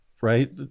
Right